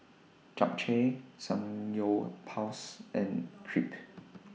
Japchae Samgyeopsal and Crepe